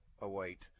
await